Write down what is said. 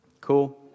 cool